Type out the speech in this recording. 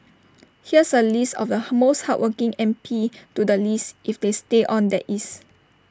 here's A list of the most hardworking M P to the least if they stay on that is